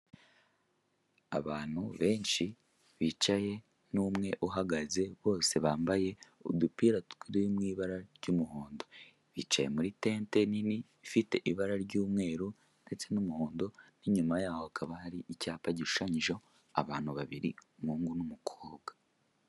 Abantu benshi bicaye, n'umwe uhagaze, bose bambaye udupira turi mu ibara ry'umuhondo. Bicaye muri tente nini, ifite ibara ry'umweru ndetse n'umuhondo, n'inyuma yaho hakaba hari icyapa gishushanyijeho abantu babiri; umuhungu n'umukobwa.